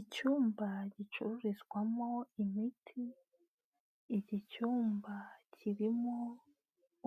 Icyumba gicururizwamo imiti, iki cyumba kirimo